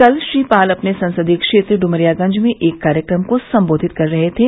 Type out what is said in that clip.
कल श्री पाल अपने ससदीय क्षेत्र डुमरियागंज में एक कार्यक्रम को संबोधित कर रहे थे